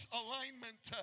alignment